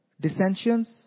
dissensions